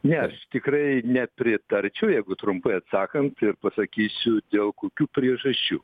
nes tikrai nepritarčiau jeigu trumpai atsakant ir pasakysiu dėl kokių priežasčių